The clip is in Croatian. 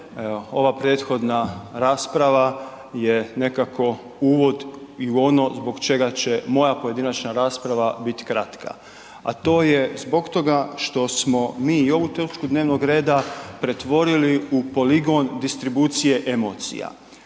ova prethodna rasprava je nekako uvod i u ono zbog čega će moja pojedinačna rasprava biti kratka a to je zbog toga što smo mi i ovu točku dnevnog reda pretvorili u poligon distribucije emocija